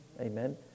amen